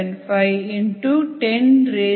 75 104ஆகும்